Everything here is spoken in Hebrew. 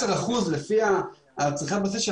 משרדים שעוסקים בבטיחות ואחראים על החיים שלנו,